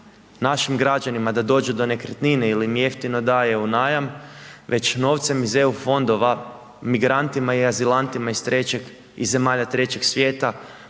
našim građanima, da dođu do nekretnine ili im je jeftino daje u najam, već novcem iz EU fondova migrantima i azilantima iz zemalja trećeg svijeta